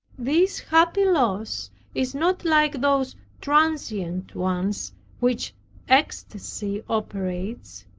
this happy loss is not like those transient ones which ecstacy operates,